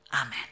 Amen